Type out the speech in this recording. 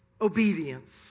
obedience